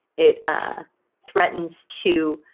it ah threatens to